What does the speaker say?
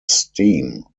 steam